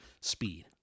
Speed